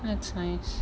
that's nice